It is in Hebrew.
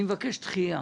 אני מבקש דחייה.